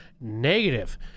negative